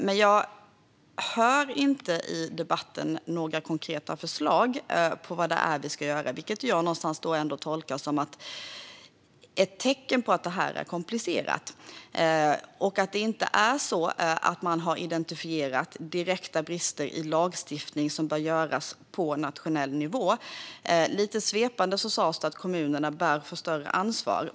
Men jag hör inte i debatten några konkreta förslag på vad det är vi ska göra, vilket jag ändå tolkar som ett tecken på att det här är komplicerat och att man inte har identifierat några direkta brister i lagstiftningen som bör åtgärdas på nationell nivå. Lite svepande sas det att kommunerna bör få större ansvar.